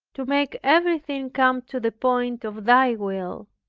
to make everything come to the point of thy will!